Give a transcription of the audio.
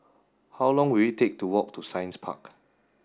how long will it take to walk to Science Park